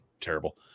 terrible